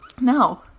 No